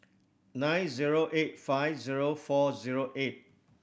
nine zero eight five zero four zero eight